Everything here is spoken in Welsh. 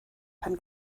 pan